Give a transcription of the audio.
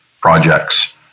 projects